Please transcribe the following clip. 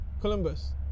columbus